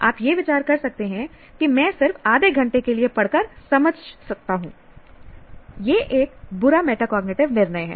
आप यह विचार कर सकते हैं कि मैं सिर्फ आधे घंटे के लिए पढ़ कर समझ सकता हूं यह एक बुरा मेटाकॉग्निटिव निर्णय है